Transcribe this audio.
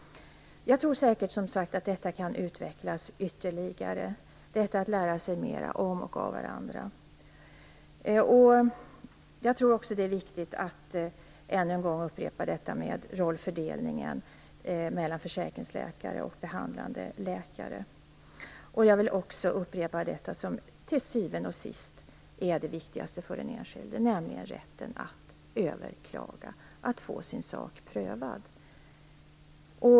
Jag tror säkert att möjligheten att lära sig om och av varandra kan utvecklas ytterligare. Jag tror också att det är viktigt att ännu en gång upprepa att det gäller rollfördelningen mellan försäkringsläkare och behandlande läkare. Jag vill också upprepa det som till syvende och sist är det viktigaste för den enskilde, nämligen rätten att överklaga, att få sin sak prövad.